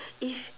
if